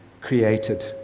created